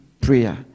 prayer